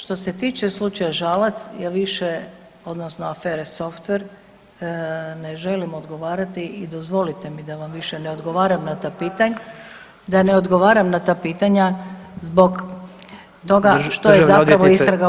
Što se tiče slučaja Žalac, ja više, odnosno afere softver ne želim odgovarati i dozvolite mi da vam više ne odgovaram na ta pitanja, da ne odgovaram na ta pitanja zbog toga što je zapravo [[Upadica: Državna odvjetnice…]] istraga u tijeku.